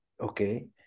okay